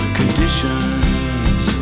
conditions